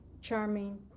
charming